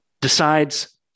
decides